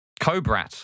Cobra